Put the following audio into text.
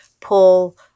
pull